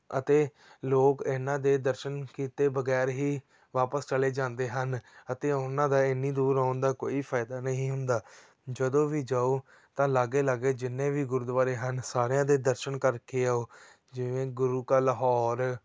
ਅਤੇ ਲੋਕ ਇਹਨਾਂ ਦੇ ਦਰਸ਼ਨ ਕੀਤੇ ਬਗੈਰ ਹੀ ਵਾਪਸ ਚਲੇ ਜਾਂਦੇ ਹਨ ਅਤੇ ਉਹਨਾਂ ਦਾ ਇੰਨੀ ਦੂਰ ਆਉਣ ਦਾ ਕੋਈ ਫਾਇਦਾ ਨਹੀਂ ਹੁੰਦਾ ਜਦੋਂ ਵੀ ਜਾਉ ਤਾਂ ਲਾਗੇ ਲਾਗੇ ਜਿੰਨੇ ਵੀ ਗੁਰਦੁਆਰੇ ਹਨ ਸਾਰਿਆਂ ਦੇ ਦਰਸ਼ਨ ਕਰਕੇ ਆਉ ਜਿਵੇਂ ਗੁਰੂ ਕਾ ਲਾਹੌਰ